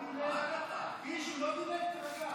היושב-ראש.